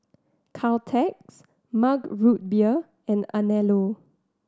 Caltex Mug Root Beer and Anello